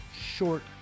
short